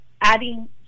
adding